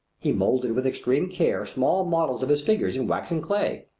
he moulded with extreme care small models of his figures in wax and clay.